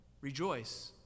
rejoice